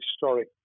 historic